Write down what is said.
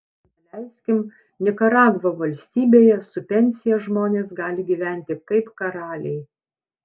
daleiskim nikaragva valstybėje su pensija žmonės gali gyventi kaip karaliai